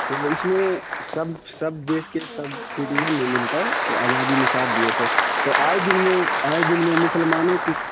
تو وہ اس میں سب سب دیش کے سب سٹیزن نے مل کر آزادی میں ساتھ دیے تھے تو آئے دن میں آئے دن میں مسلمانوں کی